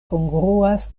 kongruas